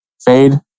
fade